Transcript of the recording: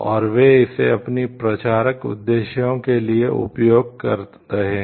और वे इसे अपने प्रचारक उद्देश्यों के लिए उपयोग कर रहे हैं